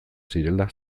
zirela